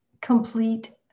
complete